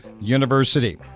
University